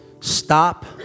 stop